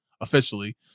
officially